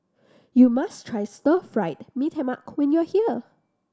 you must try Stir Fry Mee Tai Mak when you are here